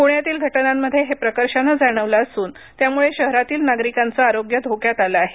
पुण्यातील घटनांमध्ये हे प्रकर्षानं जाणवलं असून त्यामुळे शहरातील नागरिकांचे आरोग्य धोक्यात आले आहे